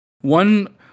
One